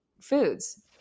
foods